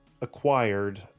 acquired